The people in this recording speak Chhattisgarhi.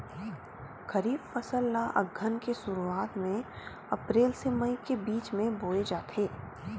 खरीफ फसल ला अघ्घन के शुरुआत में, अप्रेल से मई के बिच में बोए जाथे